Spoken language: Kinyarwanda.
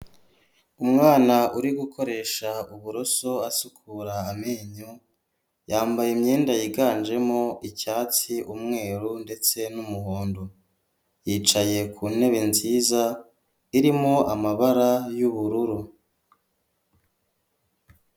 Umwana uri gukoresha uburoso asukura amenyo yambaye imyenda yiganjemo icyatsi, umweru ndetse n'umuhondo, yicaye ku ntebe nziza irimo amabara y'ubururu.